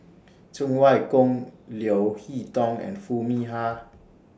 Cheng Wai Keung Leo Hee Tong and Foo Mee Har